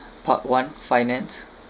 part one finance